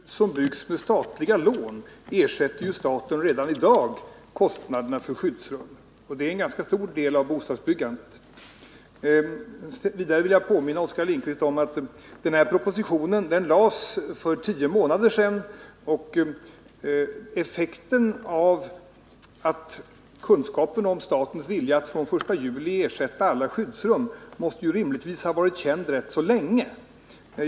Herr talman! I alla bostadshus som byggs med statliga lån ersätter ju staten redan i dag kostnaderna för skyddsrum, och detta gäller en ganska stor del av bostadsbyggandet. Vidare vill jag påminna Oskar Lindkvist om att propositionen lades fram för tio månader sedan, och statens vilja att från den 1 juli i år ersätta kostnaderna för alla skyddsrum måste rimligtvis ha varit känd rätt så länge.